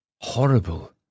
horrible